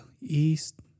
East